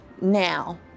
now